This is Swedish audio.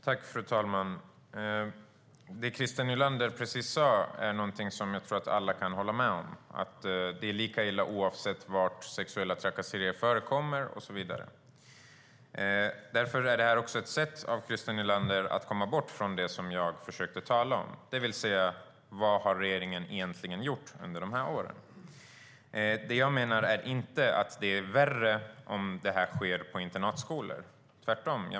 Fru talman! Vad Christer Nylander just sa kan vi alla hålla med om. Det är lika illa oavsett var sexuella trakasserier förekommer. Därför är det ett sätt för Christer Nylander att försöka komma bort från det jag försökte tala om, det vill säga vad regeringen egentligen gjorde under åren. Jag menar inte att dessa problem är värre om de sker på internatskolor. Tvärtom!